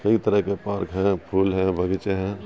کئی طرح کے پارک ہیں پھول ہیں بغیچے ہیں